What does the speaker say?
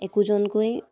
একোজনকৈ